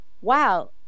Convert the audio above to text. wow